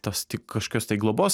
tos tik kažkokios tai globos